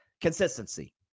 consistency